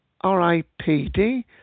R-I-P-D